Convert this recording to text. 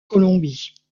colombie